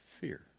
Fear